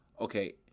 okay